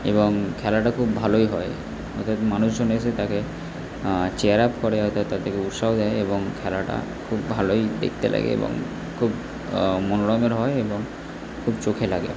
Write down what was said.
এবং খেলাটা খুব ভালোই হয় অর্থাৎ মানুষজন এসে তাকে চিয়ার আপ করে অর্থাৎ তাদেরকে উৎসাহ দেয় এবং খেলাটা খুব ভালোই দেখতে লাগে এবং খুব মনোরোমের হয় এবং খুব চোখে লাগে